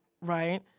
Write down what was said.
right